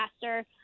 faster